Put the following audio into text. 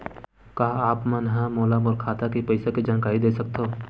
का आप मन ह मोला मोर खाता के पईसा के जानकारी दे सकथव?